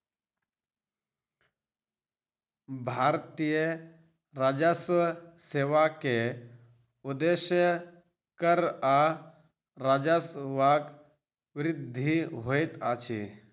भारतीय राजस्व सेवा के उदेश्य कर आ राजस्वक वृद्धि होइत अछि